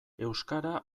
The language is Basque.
euskara